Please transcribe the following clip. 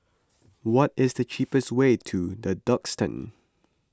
what is the cheapest way to the Duxton